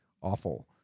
awful